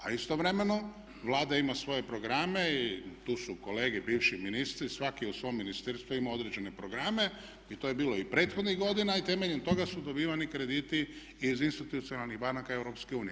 A istovremeno Vlada ima svoje programe i tu su kolege bivši ministri svaki u svom ministarstvu ima određene programe i to je bilo i prethodnih godina i temeljem toga su dobivani krediti iz institucionalnih banaka EU.